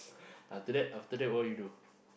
after that after that what you do